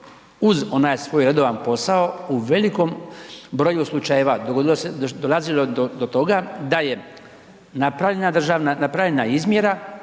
uz onaj svoj redovan posao, u velikom broju slučajeva dolazilo je do to toga da je napravljena izmjera